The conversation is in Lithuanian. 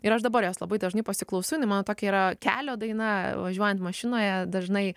ir aš dabar jos labai dažnai pasiklausau jinai man tokia yra kelio daina važiuojant mašinoje dažnai